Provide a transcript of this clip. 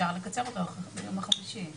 אפשר לקצר אותו החל מהיום החמישי.